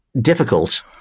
difficult